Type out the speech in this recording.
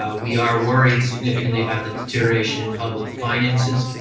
ah we are worried significantly about the deterioration in public finances.